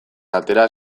atera